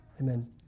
Amen